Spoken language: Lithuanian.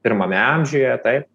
pirmame amžiuje taip